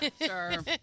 sure